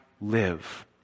live